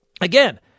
Again